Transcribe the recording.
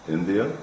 India